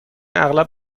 اغلب